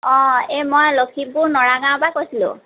অঁ এই মই লখিমপুৰ নৰাগাঁৱৰ পৰা কৈছিলোঁ